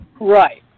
Right